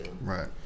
Right